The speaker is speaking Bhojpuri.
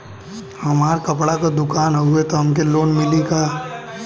हमार कपड़ा क दुकान हउवे त हमके लोन मिली का?